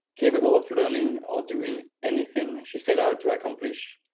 capable of learning or doing anything she set out to accomplish,